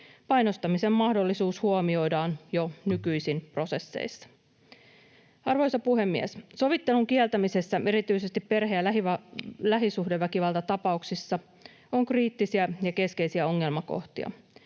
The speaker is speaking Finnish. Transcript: Painostamisen mahdollisuus huomioidaan jo nykyisin prosesseissa. Arvoisa puhemies! Sovittelun kieltämisessä erityisesti perhe- ja lähisuhdeväkivaltatapauksissa on kriittisiä ja keskeisiä ongelmakohtia.